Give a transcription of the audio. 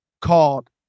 called